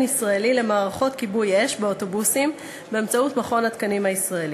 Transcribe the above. ישראלי למערכות כיבוי אש באוטובוסים באמצעות מכון התקנים הישראלי.